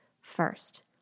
first